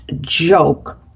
joke